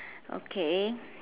okay